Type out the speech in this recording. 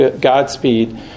Godspeed